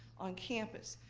on campus.